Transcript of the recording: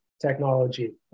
technology